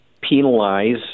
penalize